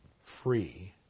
free